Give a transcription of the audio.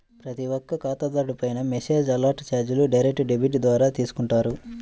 ప్రతి ఒక్క ఖాతాదారుడిపైనా మెసేజ్ అలర్ట్ చార్జీలు డైరెక్ట్ డెబిట్ ద్వారా తీసుకుంటారు